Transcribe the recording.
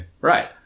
right